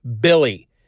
Billy